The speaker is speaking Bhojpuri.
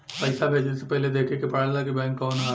पइसा भेजे से पहिले देखे के पड़ेला कि बैंक कउन ह